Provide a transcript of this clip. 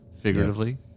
figuratively